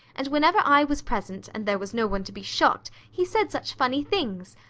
and whenever i was present, and there was no one to be shocked, he said such funny things.